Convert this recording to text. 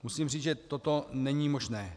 Musím říct, že toto není možné.